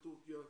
תורכיה,